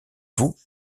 vous